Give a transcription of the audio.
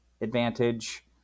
advantage